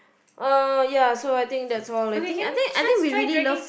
uh ya so I think that's all I think I think I think we really love